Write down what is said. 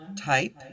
type